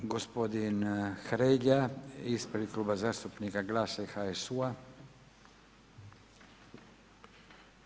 Gospodina Hrelja, ispred Kluba zastupnika GLAS-a i HSU-a.